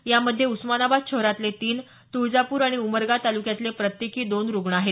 यामध्ये उस्मानाबाद शहरातले तीन तुळजापूर आणि उमरगा तालुक्यातले प्रत्येकी दोन रुग्ण आहेत